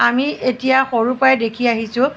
আমি এতিয়া সৰুৰে পৰা দেখি আহিছোঁ